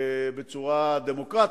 בצורה דמוקרטית,